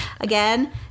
Again